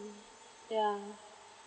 yeah